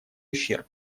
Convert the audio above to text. ущерб